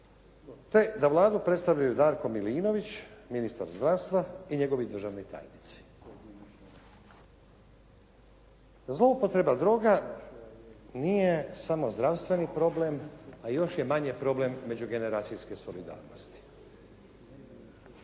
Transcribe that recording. te da Vladu predstavljaju Darko Milinović ministar zdravstva i njegovi državni tajnici. Zloupotreba droga nije samo zdravstveni problem a još je manje problem međugeneracijske solidarnosti.